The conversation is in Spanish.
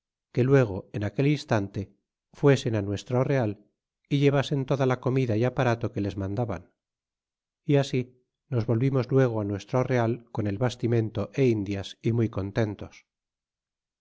que luego en aquel instante fuesen nuestro real y llevasen toda la comida y aparato que les mandaban y así nos volvimos luego nuestro real con el bastimento é indias y muy contentos